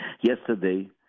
Yesterday